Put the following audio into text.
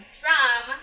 drum